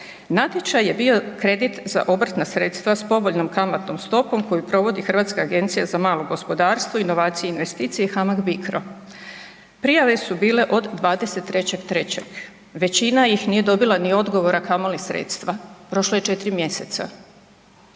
Natječaj je bio kredit za obrtna sredstva s povoljnom kamatnom stopom koju provodi Hrvatska agencija za malo gospodarstvo, inovacije i investicije i HAMAG Bicro. Prijave su bile od 23.3., većina ih nije dobila ni odgovor, a kamoli sredstva, prošlo je 4 mjeseca.